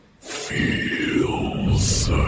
feels